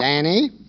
Danny